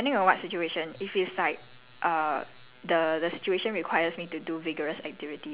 normally when you meet someone then they'll ask you questions right but like okay depending on what situation if it's like